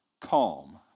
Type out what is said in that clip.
calm